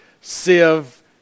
sieve